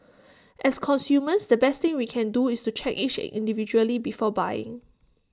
as consumers the best thing we can do is to check each egg individually before buying